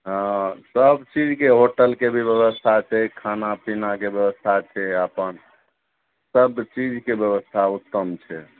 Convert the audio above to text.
हँ सब चीजके होटलके भी व्यवस्था छै खाना पीनाके व्यवस्था छै अपन सब चीजके व्यवस्था उत्तम छै